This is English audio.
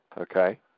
okay